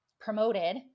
promoted